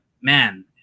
man